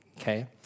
Okay